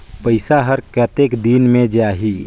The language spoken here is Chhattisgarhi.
पइसा हर कतेक दिन मे जाही?